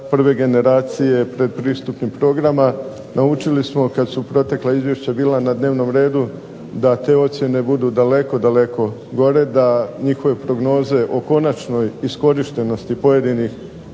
prve generacije pretpristupnih programa. Naučili smo, kad su protekla izvješća bila na dnevnom redu, da te ocjene budu daleko, daleko gore, da njihove prognoze o konačnoj iskorištenosti pojedinih